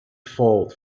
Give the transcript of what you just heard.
fault